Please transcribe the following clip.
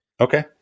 Okay